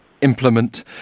implement